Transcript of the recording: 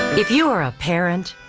if you or a parent,